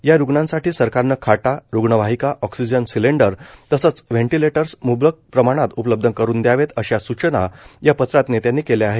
या रुग्णांसाठी सरकारनं खाटा रूग्णवाहीका ऑक्सीजन सिलेंडर तसंच व्हेंटिलेटर्स मुबलक प्रमाणात उपलब्ध करून द्यावेत अशा सूचना या पत्रात नेत्यांनी केल्या आहेत